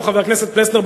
חבר הכנסת פלסנר,